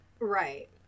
Right